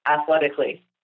athletically